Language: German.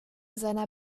seiner